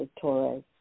Torres